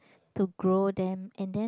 to grow them and then